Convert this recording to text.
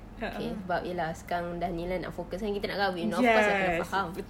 okay sebab ya lah sekarang sudah ini lah nak focus kan kita nak kahwin of course kan kita kena faham